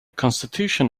constitution